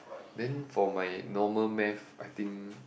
then for my normal math I think